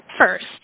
First